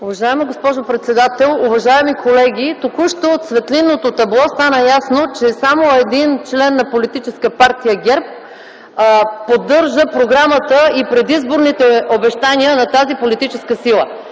Уважаема госпожо председател, уважаеми колеги! Току що от светлинното табло стана ясно, че само един член на Политическа партия ГЕРБ поддържа програмата и предизборните обещания на тази политическа сила.